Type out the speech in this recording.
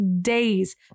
days